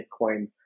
Bitcoin